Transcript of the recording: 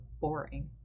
boring